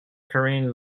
karin